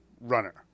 runner